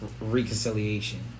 reconciliation